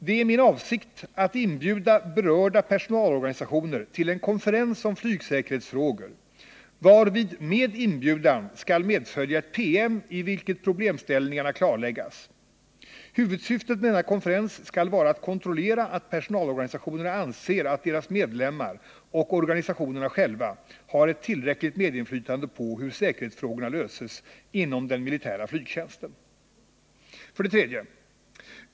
Det är min avsikt att inbjuda berörda personalorganisationer till en konferens om flygsäkerhetsfrågor, varvid med inbjudan skall följa en PM, i vilket problemställningarna klarläggs. Huvudsyftet med denna konferens skall vara att kontrollera att personalorganisationerna anser att deras medlemmar och organisationerna själva har ett tillräckligt medinflytande på hur säkerhetsfrågorna löses inom den militära flygtjänsten. 3.